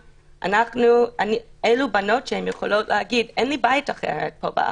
אילו בנות שיכולות להגיד: אין לי בית אחר פה בארץ.